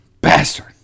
bastard